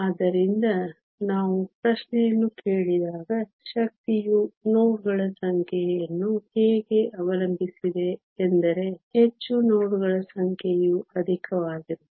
ಆದ್ದರಿಂದ ನಾವು ಪ್ರಶ್ನೆಯನ್ನು ಕೇಳಿದಾಗ ಶಕ್ತಿಯು ನೋಡ್ಗಳ ಸಂಖ್ಯೆಯನ್ನು ಹೇಗೆ ಅವಲಂಬಿಸಿದೆ ಎಂದರೆ ಹೆಚ್ಚು ನೋಡ್ಗಳ ಸಂಖ್ಯೆಯು ಅಧಿಕವಾಗಿರುತ್ತದೆ